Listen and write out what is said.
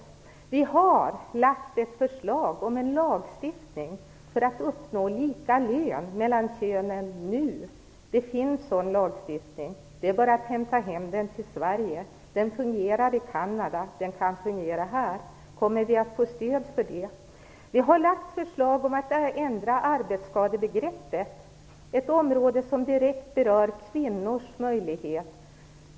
Vidare har vi lagt fram ett förslag om en lagstiftning för att uppnå lika lön mellan könen nu. Det finns en sådan lagstiftning - det är bara att hämta hem den till Sverige. Den fungerar i Kanada och kan fungera här. Kommer vi att få stöd när det gäller det förslaget? Vi har också lagt fram förslag om att ändra arbetsskadebegreppet - ett område som direkt berör kvinnors möjligheter.